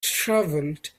travelled